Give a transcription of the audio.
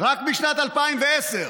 רק משנת 2010,